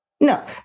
no